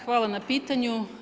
Hvala na pitanju.